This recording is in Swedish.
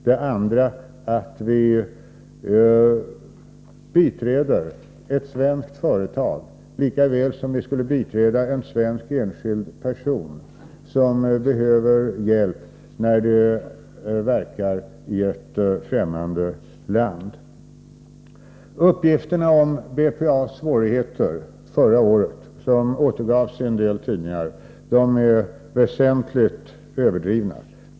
Den andra: vi biträder ett svenskt företag, likaväl som vi skulle biträda en svensk enskild person, som behöver hjälp i ett fträmmande land. Uppgifterna om BPA:s svårigheter förra året som fanns i en del tidningar är väsentligt överdrivna.